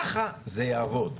ככה זה יעבוד.